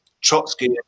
Trotsky